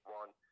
one